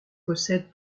possède